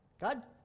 God